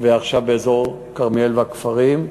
ועכשיו באזור כרמיאל והכפרים.